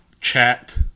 chat